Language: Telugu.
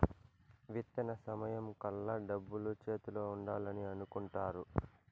విత్తన సమయం కల్లా డబ్బులు చేతిలో ఉండాలని అనుకుంటారు